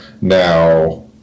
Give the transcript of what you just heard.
Now